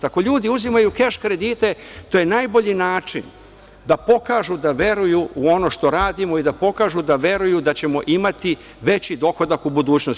Ako ljudi uzimaju keš kredite, to je najbolji način da pokažu da veruju u ono što radimo i da pokažu da veruju da ćemo imati veći dohodak u budućnosti.